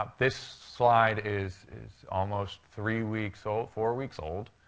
ah this slide is is almost three weeks so four weeks old,